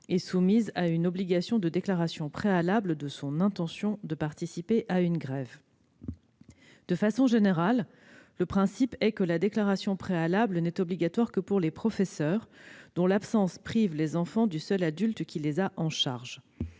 est soumise à une obligation de déclaration préalable de son intention de participer à une grève. Le principe est que la déclaration préalable n'est obligatoire que pour les « professeurs » dont l'absence prive les enfants du seul adulte qui les a « en charge